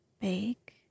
Bake